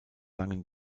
langen